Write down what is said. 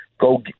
go